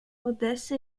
odessa